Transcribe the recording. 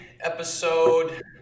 episode